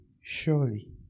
surely